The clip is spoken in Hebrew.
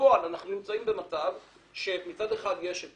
בפועל אנחנו נמצאים במצב שמצד אחד יש את